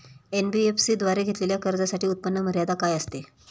NBFC द्वारे घेतलेल्या कर्जासाठी उत्पन्न मर्यादा काय असते?